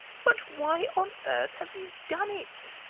but why on earth have you done it?